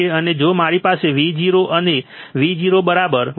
અને જો મારી પાસે Vo અને Vo 1 RfRin Vin બરાબર